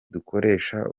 dukoresha